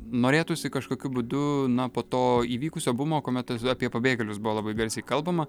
norėtųsi kažkokiu būdu na po to įvykusio bumo kuomet apie pabėgėlius buvo labai garsiai kalbama